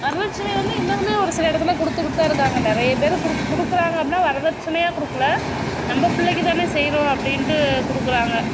வரதட்சணையும் வந்து இன்னமுமே ஒரு சில இடத்துல கொடுத்துக்கிட்டு தான் இருக்காங்க நிறைய பேர் குடுக் கொடுக்குறாங்க அப்படின்னா வரதட்சணையாக கொடுக்கல நம்ம பிள்ளைக்குதானே செய்கிறோம் அப்படின்ட்டு கொடுக்குறாங்க